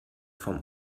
vom